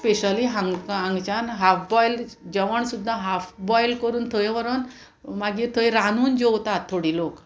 specially हांगा हांगच्यान half boil जेवण सुद्दां हाफ बॉयल करून थंय व्हरोन मागीर थंय रांदून जेवतात थोडी लोक